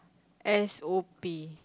S_O_P